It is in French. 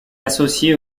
associé